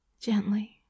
gently